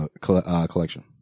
collection